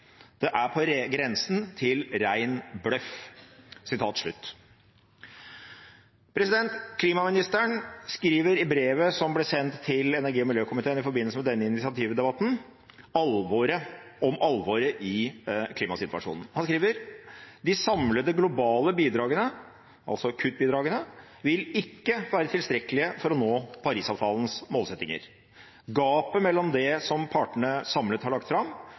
Det er på grensen til rein bløff.» Klimaministeren skriver i brevet som ble sendt til energi- og miljøkomiteen i forbindelse med denne initiativdebatten, om alvoret i klimasituasjonen. Han skriver at de samlede globale bidragene – altså kuttbidragene – vil ikke være tilstrekkelige for å nå Paris-avtalens målsettinger. Gapet mellom det som partene samlet har lagt fram,